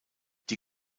die